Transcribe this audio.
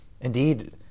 Indeed